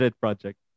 project